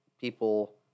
people